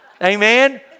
Amen